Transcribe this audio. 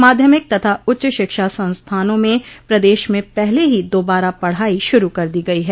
माध्यमिक तथा उच्च शिक्षा संस्थानों में प्रदेश में पहले ही दोबारा पढ़ाई शुरू कर दी गई है